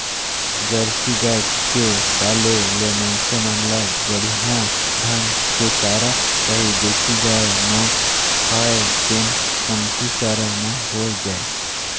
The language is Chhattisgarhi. जरसी गाय के पाले ले मइनसे मन ल बड़िहा ढंग के चारा चाही देसी गाय नो हय जेन कमती चारा म हो जाय